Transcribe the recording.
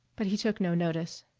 but he took no notice.